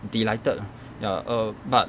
delighted ah ya err but